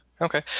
Okay